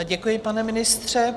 Děkuji, pane ministře.